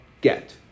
get